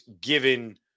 given